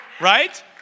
Right